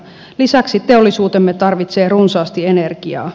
lisäksi teollisuutemme tarvitsee runsaasti energiaa